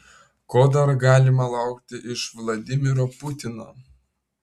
ko dar galima laukti iš vladimiro putino